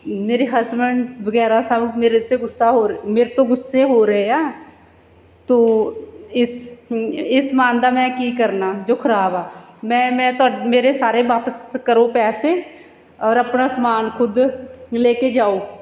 ਮੇਰੇ ਹਸਬੈਂਡ ਵਗੈਰਾ ਸਭ ਮੇਰੇ ਸੇ ਗੁੱਸਾ ਹੋ ਰ ਮੇਰੇ ਤੋਂ ਗੁੱਸੇ ਹੋ ਰਹੇ ਆ ਤੋ ਇਸ ਇਹ ਸਮਾਨ ਦਾ ਮੈਂ ਕੀ ਕਰਨਾ ਜੋ ਖ਼ਰਾਬ ਆ ਮੈਂ ਮੈਂ ਤੁਹਾ ਮੇਰੇ ਸਾਰੇ ਵਾਪਿਸ ਕਰੋ ਪੈਸੇ ਔਰ ਆਪਣਾ ਸਮਾਨ ਖੁਦ ਲੇ ਕੇ ਜਾਓ